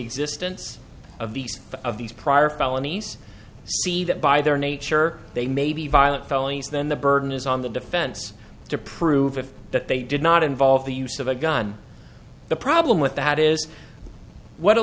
existence of these of these prior felonies see that by their nature they may be violent felonies then the burden is on the defense to prove that they did not involve the use of a gun the problem with that is what